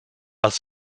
was